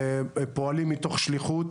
פועלים מתוך שליחות